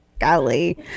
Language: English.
Golly